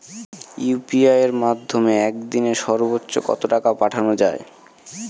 UPI এর মাধ্যমে এক দিনে সর্বচ্চ কত টাকা পাঠানো যায়?